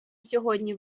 сьогодні